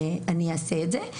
ואעשה את זה",